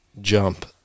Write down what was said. jump